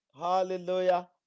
hallelujah